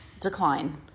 decline